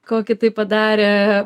kokį tai padarė